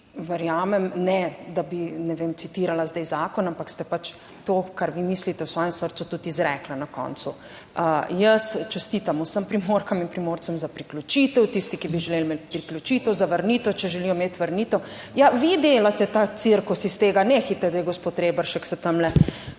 verjamem, ne da bi, ne vem, citirala zdaj zakon, ampak ste pač to, kar vi mislite v svojem srcu tudi izrekla na koncu. Jaz čestitam vsem Primorkam in Primorcem za priključitev, tisti, ki bi želeli imeti priključitev, za vrnitev, če želijo imeti vrnitev. Ja, vi delate ta cirkus iz tega. Nehaj zdaj, gospod Reberšek, se tamle,